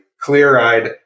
clear-eyed